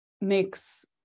makes